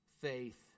Faith